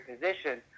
position